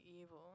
evil